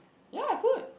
ya I could